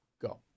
Go